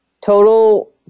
total